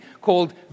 called